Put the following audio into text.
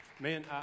Man